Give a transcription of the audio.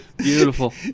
Beautiful